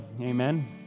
amen